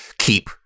keep